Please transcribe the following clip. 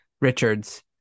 Richards